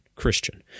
Christian